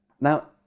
Now